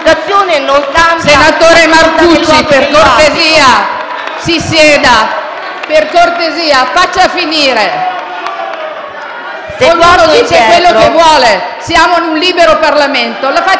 Senatore Marcucci, per cortesia, si sieda. Faccia finire l'intervento. Ognuno dice quello che vuole, siamo in un libero Parlamento.